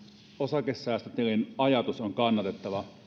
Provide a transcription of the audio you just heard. osakesäästötilin ajatus on kannatettava